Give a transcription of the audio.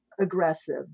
aggressive